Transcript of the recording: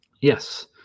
Yes